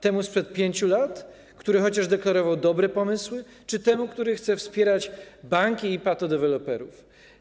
Temu sprzed 5 lat, który chociaż deklarował dobre pomysły, czy temu, który chce wspierać banki i patodeweloperów?